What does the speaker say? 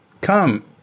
come